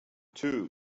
too